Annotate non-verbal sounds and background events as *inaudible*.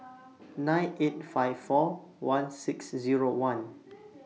*noise* nine eight five four one six Zero one *noise*